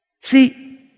See